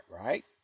right